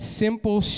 simple